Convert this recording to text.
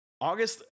August